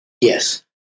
Yes